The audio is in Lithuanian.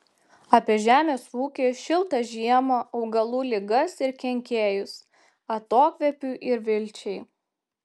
apie žemės ūkį šiltą žiemą augalų ligas ir kenkėjus atokvėpiui ir vilčiai